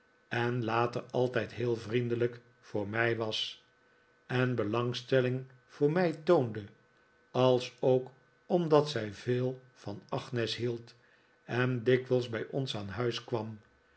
en later altijd heel vriendelijk voor mij was en belangstelling voor mij toonde als ook omdat zij veel van agnes hield en dikwijls bij ons aan huis kwam